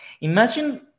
imagine